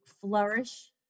flourish